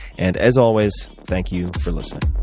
and as always, thank you for listening